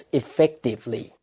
effectively